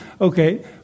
okay